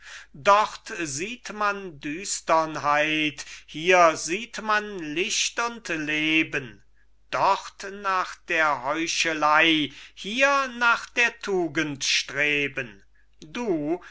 dort sieht man düsternheit hier sieht man licht und leben dort nach der heuchelei hier nach der tugend streben du